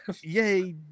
Yay